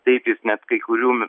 taip jis net kai kurių